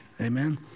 Amen